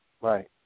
Right